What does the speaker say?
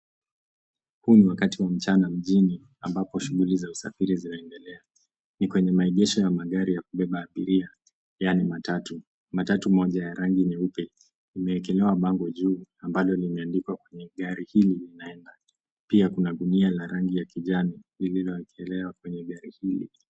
Huu ni wakati wa mchana mjini, ambapo shughuli za usafiri zinaendelea. Ni kwenye maegesho ya magari ya kubeba abiria, yani matatu. Matatu moja ya rangi nyeupe limeekelewa bango juu ambalo limeandikwa kwenye gari hili linaenda. Pia kuna gunia ya rangi ya kijani lililoekelewa kwenye gari hili.